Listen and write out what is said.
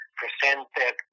presented